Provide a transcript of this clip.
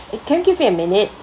eh can you give me a minute